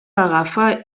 agafa